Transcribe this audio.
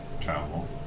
travel